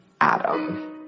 Adam